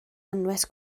anwes